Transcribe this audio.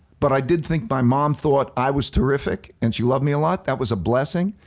but i did think my mom thought i was terrific and she loved me a lot, that was a blessing.